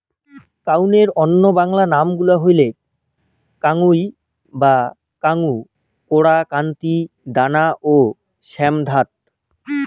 কাউনের অইন্য বাংলা নাম গুলা হইলেক কাঙ্গুই বা কাঙ্গু, কোরা, কান্তি, দানা ও শ্যামধাত